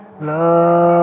love